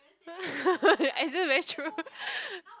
your exes very true